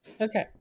Okay